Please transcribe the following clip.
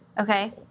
okay